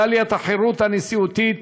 מדליית החירות הנשיאותית